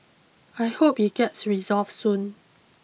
I hope it gets resolved soon